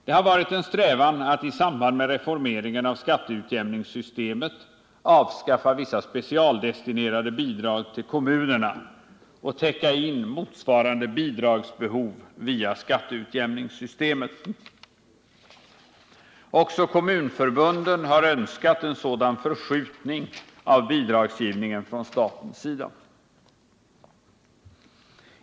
Det har varit en strävan att i samband med reformeringen av skatteutjämningssystemet avskaffa vissa specialdestinerade bidrag till kommunerna och täcka in motsvarande bidragsbehov via skatteutjämningssystemet. Också kommunförbunden har önskat en sådan förskjutning av bidragsgivningen från statens sida.